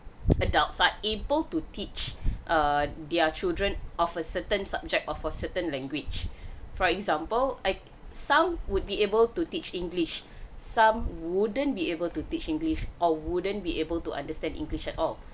adults are able to teach err their children of a certain subject of a certain language for example I some would be able to teach english some wouldn't be able to teach english or wouldn't be able to understand english at all